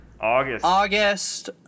August